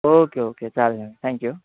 okay okay चालेल thank you